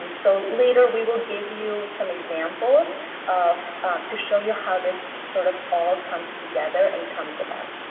um so later we will give you some examples of to show you how this sort of all comes together and comes about.